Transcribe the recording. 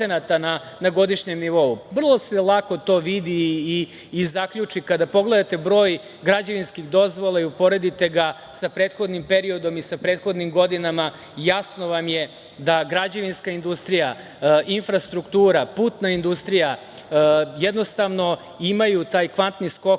na godišnjem nivou. Vrlo se lako to vidi i zaključi, kada pogledate broj građevinskih dozvola i uporedite ga sa prethodnim periodom i sa prethodnim godinama, jasno vam je da građevinska industrija, infrastruktura, putna industrija, jednostavno imaju taj kvantni skok